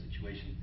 situation